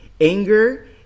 anger